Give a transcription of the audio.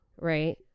right